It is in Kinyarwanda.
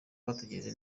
witegeye